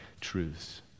truths